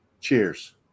Cheers